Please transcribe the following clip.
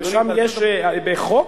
ואדוני, בארצות-הברית, אדוני, שם יש בחוק?